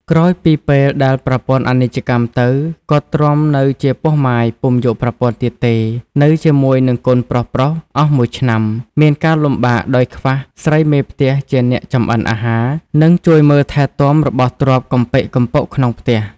ក្រោយពីពេលដែលប្រពន្ធអនិច្ចកម្មទៅ គាត់ទ្រាំនៅជាពោះម៉ាយពុំយកប្រពន្ធ ទៀតទេ នៅជាមួយនឹងកូនប្រុសៗអស់១ឆ្នាំ មានការលំបាកដោយខ្វះស្រីមេផ្ទះជាអ្នក ចម្អិនអាហារ និងជួយមើលថែទាំរបស់ទ្រព្យកំប៊ុកកំប៉ុកក្នុងផ្ទះ។